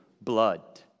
blood